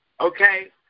Okay